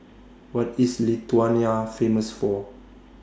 What IS Lithuania Famous For